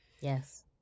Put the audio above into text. Yes